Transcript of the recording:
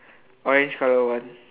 orange colour one